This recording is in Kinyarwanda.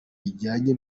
bijyanye